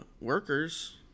workers